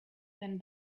than